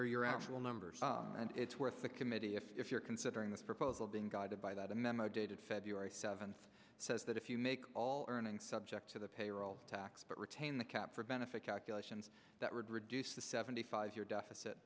are your actual numbers and it's worth the committee if you're considering this proposal being guided by that a memo dated february seventh says that if you make all earning subject to the payroll tax but retain the cap for benefit calculations that would reduce the seventy five year deficit